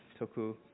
toku